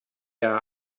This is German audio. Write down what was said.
der